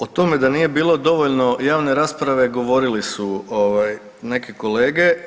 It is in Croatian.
O tome da nije bilo dovoljno javne rasprave govorili su neke kolege.